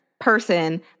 person